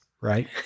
Right